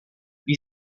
wie